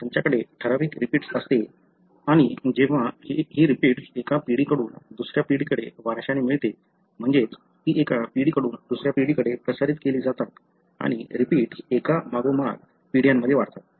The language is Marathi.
तुमच्याकडे ठराविक रीपीट्स असते आणि ही रीपीट जेव्हा एका पिढीकडून दुसऱ्या पिढीकडे वारशाने मिळते म्हणजेच ती एका पिढीकडून दुसऱ्या पिढीकडे प्रसारित केली जातात आणि रीपीट्स एकामागोमाग पिढ्यांमध्ये वाढतात